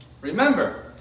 Remember